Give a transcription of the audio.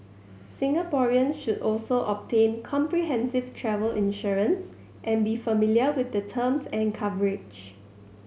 Singaporeans should also obtain comprehensive travel insurance and be familiar with the terms and coverage